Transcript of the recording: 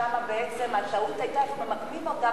שם בעצם הטעות היתה - איפה ממקמים אותה.